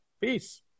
Peace